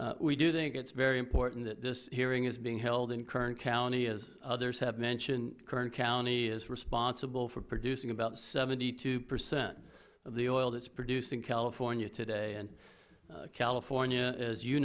we do think it's very important that this hearing is being held in kern county as others have mentioned kern county is responsible for producing about seventy two percent of the oil that's produced in california today and california as you